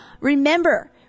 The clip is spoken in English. remember